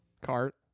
Cart